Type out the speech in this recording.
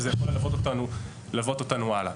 וזה יכול ללוות אותנו הלאה.